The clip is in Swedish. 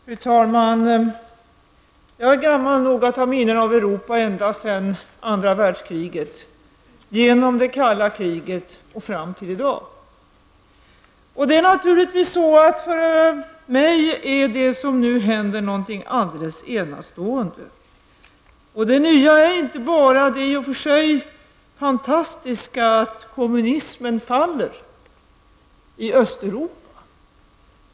Fru talman! Jag är gammal nog att ha minnen av Europa från andra världskriget, genom det kalla kriget och fram till i dag. För mig är det som nu händer något alldeles enastående. Det nya är inte bara det i och för sig fantastiska att kommunismen faller i Östeuropa.